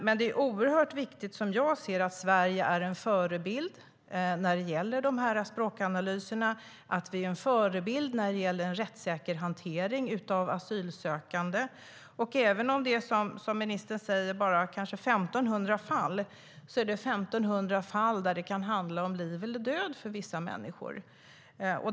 Men det är viktigt att Sverige är en förebild när det gäller språkanalyserna och att vi är en förebild när det gäller en rättssäker hantering av asylsökande. Även om det, som ministern säger, bara 1 500 fall är det 1 500 fall där det kan handla om liv eller död för en människa.